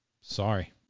Sorry